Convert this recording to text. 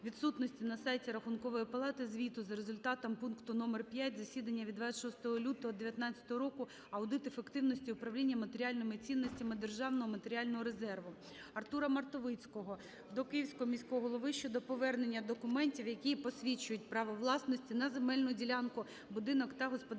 відсутності на сайті Рахункової палати звіту за результатом пункту № 5 засідання від 26 лютого 19-го року аудит ефективності управління матеріальними цінностями державного матеріального резерву. Артура Мартовицького до Київського міського голови щодо повернення документів, які посвідчують право власності на земельну ділянку, будинок та господарчі